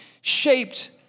shaped